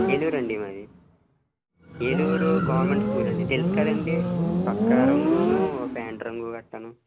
ఏలూరు అండి మాది ఏలూరు గవర్నమెంట్ స్కూలండి తెలుసు కదండి చొక్కా రంగును ఫ్యాంటు రంగు గట్రాను